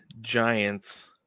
Giants